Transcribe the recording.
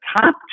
top